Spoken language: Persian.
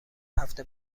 هفت